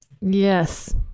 Yes